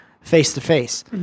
face-to-face